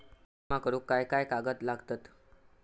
विमा करुक काय काय कागद लागतत?